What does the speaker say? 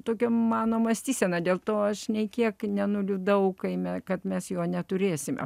tokia mano mąstysena dėl to aš nė kiek nenuliūdau kai me kad mes jo neturėsime